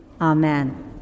Amen